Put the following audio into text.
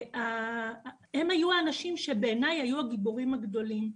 הם היו האנשים שבעיניי היו הגיבורים הגדולים.